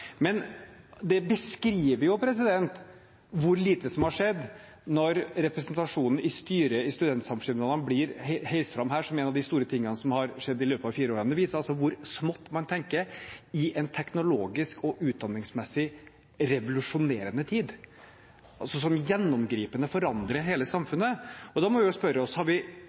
Men det beskriver jo hvor lite som har skjedd, når representasjonen i styret i studentsamskipnadene her blir heist fram som en av de store tingene som har skjedd i løpet av de fire årene. Det viser hvor smått man tenker i en teknologisk og utdanningsmessig revolusjonerende tid – som gjennomgripende forandrer hele samfunnet. Da må vi spørre oss: Har vi